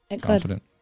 confident